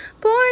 born